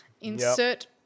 Insert